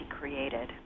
created